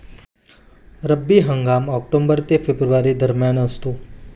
रब्बी हंगाम ऑक्टोबर ते फेब्रुवारी दरम्यान असतो